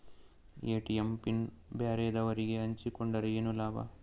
ATM pin ಬ್ಯಾರೆದವರಗೆ ಹಂಚಿಕೊಂಡರೆ ಏನು ಲಾಭ?